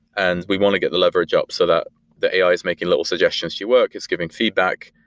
and we want to get the leverage up so that the ais making little suggestions to your work. it's giving feedback.